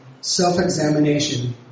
self-examination